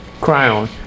crown